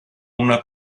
una